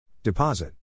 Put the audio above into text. Deposit